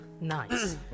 Nice